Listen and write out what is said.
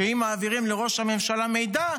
שאם מעבירים לראש הממשלה מידע,